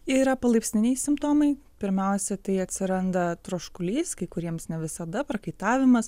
yra palaipsniui simptomai pirmiausia tai atsiranda troškulys kai kuriems ne visada prakaitavimas